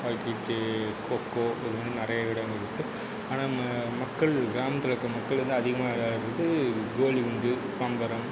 hockey அடுத்து கோகோ இதுமாதிரி நிறையா விளையாட்டுகள் இருக்குது ஆனால் மக்கள் கிராமத்தில் இருக்கிற மக்கள் வந்து அதிகமாக விளையாடுறது வந்து கோலிகுண்டு பம்பரம்